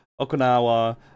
Okinawa